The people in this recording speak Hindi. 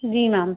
जी मैम